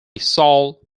saul